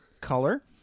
color